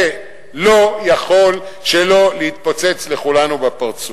זה לא יכול שלא להתפוצץ לכולנו בפרצוף.